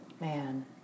man